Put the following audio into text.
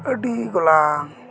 ᱟᱹᱰᱤ ᱜᱚᱞᱟᱝ